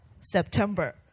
september